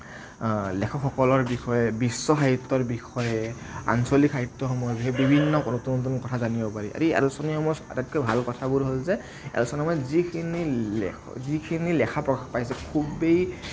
লেখকসকলৰ বিষয়ে বিশ্ব সাহিত্যৰ বিষয়ে আঞ্চলিক সাহিত্যসমূহৰ বিষয়ে এই বিভিন্ন নতুন নতুন কথা জানিব পাৰি এই আলোচনীসমূহৰ আটাইতকৈ ভাল কথাসমূহ হ'ল যে আলোচনীসমূহে যিখিনি যিখিনি লেখা পাইছোঁ খুবেই